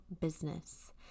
business